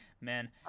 Man